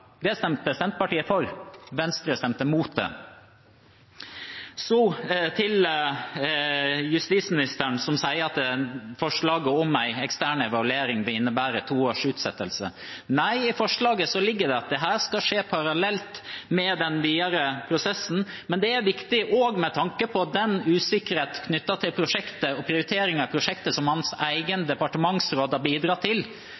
Det stemte Senterpartiet for. Venstre stemte mot det. Så til justisministeren, som sier at forslaget om en ekstern evaluering vil innebære to års utsettelse. Nei, i forslaget ligger det at dette skal skje parallelt med den videre prosessen. Men det er også viktig å få med den usikkerhet knyttet til prosjektet og prioriteringer i prosjektet som hans egen departementsråd har bidratt til